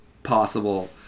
possible